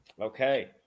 Okay